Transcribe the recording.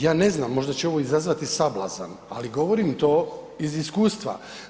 Ja ne znam možda će ovo izazvati sablazan, ali govorim to iz iskustva.